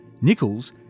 Nichols